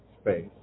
space